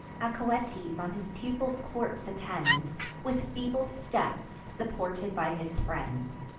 acoetes on his pupil's corpse attends, with feeble steps, supported by his friends.